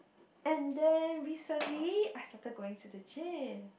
and then recently I started going to the gym